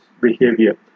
behavior